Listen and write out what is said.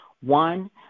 one